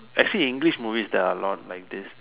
actually English movies there are a lot like this